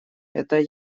это